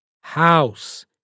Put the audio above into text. House